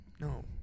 No